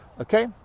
okay